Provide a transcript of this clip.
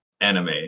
anime